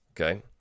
Okay